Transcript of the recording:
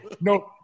no